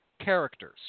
characters